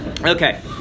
Okay